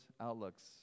outlooks